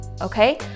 okay